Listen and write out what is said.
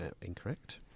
incorrect